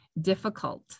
difficult